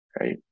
right